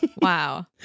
wow